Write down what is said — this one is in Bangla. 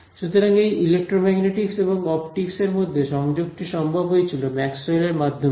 সুতরাং এই ইলেক্ট্রোম্যাগনেটিকস এবং অপটিকসের মধ্যে সংযোগটি সম্ভব হয়েছিল ম্যাক্সওয়েলের মাধ্যমেই